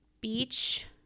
Beach